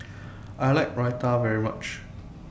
I like Raita very much